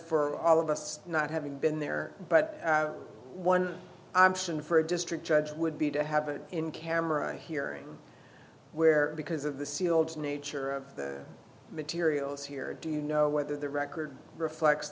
for all of us not having been there but one i'm stunned for a district judge would be to have it in camera a hearing where because of the sealed nature of the materials here do you know whether the record reflects